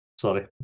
sorry